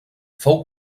fou